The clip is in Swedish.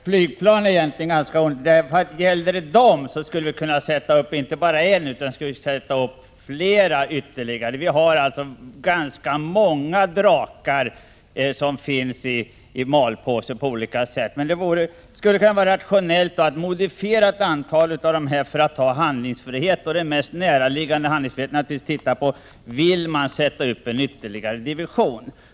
Herr talman! Om det bara gällde flygplan skulle vi kunna sätta upp inte bara en ytterligare division utan ännu fler ytterligare divisioner. Vi har nämligen ganska många Drakenflygplan i ”malpåse”. Det skulle vara rationellt att modifiera ett antal av dem för att ha handlingsfrihet, och den mest näraliggande handlingsfriheten är naturligtvis att ta ställning till frågan: Vill man sätta upp en ytterligare division?